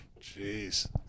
jeez